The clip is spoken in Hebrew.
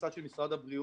מהצד של משרד הבריאות,